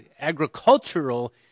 agricultural